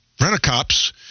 rent-a-cops